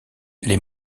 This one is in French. les